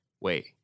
wait